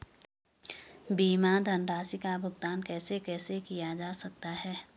बीमा धनराशि का भुगतान कैसे कैसे किया जा सकता है?